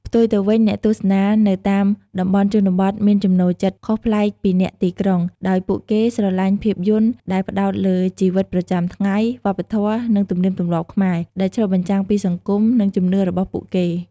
ផ្ទុយទៅវិញ អ្នកទស្សនានៅតាមតំបន់ជនបទមានចំណូលចិត្តខុសប្លែកពីអ្នកទីក្រុង ដោយពួកគេស្រឡាញ់ភាពយន្តដែលផ្ដោតលើ ជីវិតប្រចាំថ្ងៃ វប្បធម៌ និងទំនៀមទម្លាប់ខ្មែរ ដែលឆ្លុះបញ្ចាំងពីសង្គម និងជំនឿរបស់ពួកគេ។